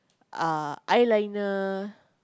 uh eyeliner